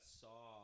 saw